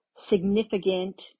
significant